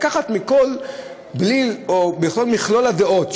לקחת מכל בליל הדעות,